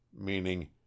Meaning